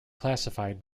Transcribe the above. classified